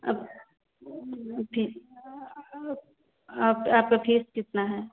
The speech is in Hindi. अब आप आपका फीस कितना है